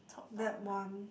that one